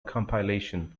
compilation